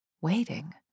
waiting